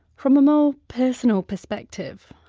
from a more personal perspective,